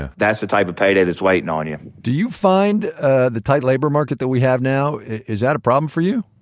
ah that's the type of payday that's waiting on you do you find ah the tight labor market that we have now is a problem for you?